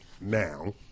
now